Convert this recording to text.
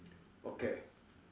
okay